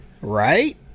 right